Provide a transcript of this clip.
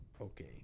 Okay